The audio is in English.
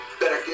Better